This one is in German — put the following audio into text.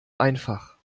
einfach